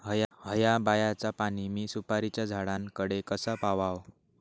हया बायचा पाणी मी सुपारीच्या झाडान कडे कसा पावाव?